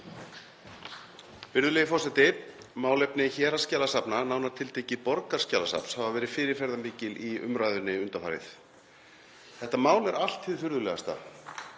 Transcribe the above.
Virðulegur forseti. Málefni héraðsskjalasafna, nánar tiltekið Borgarskjalasafns, hafa verið fyrirferðarmikil í umræðunni undanfarið. Þetta mál er allt hið furðulegasta.